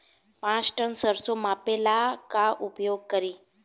पाँच टन सरसो मापे ला का उपयोग करी?